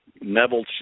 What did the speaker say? Neville